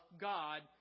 God